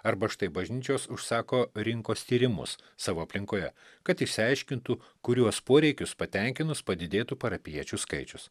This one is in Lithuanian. arba štai bažnyčios užsako rinkos tyrimus savo aplinkoje kad išsiaiškintų kuriuos poreikius patenkinus padidėtų parapijiečių skaičius